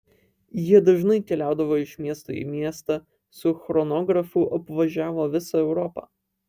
jie dažnai keliaudavo iš miesto į miestą su chronografu apvažiavo visą europą